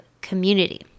community